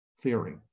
theory